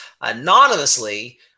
anonymously